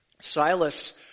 Silas